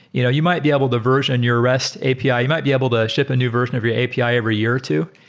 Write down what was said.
you know you might be able to version your rest api. you might be able to ship a new version of your api every year or two.